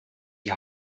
die